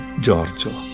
Giorgio